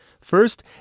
First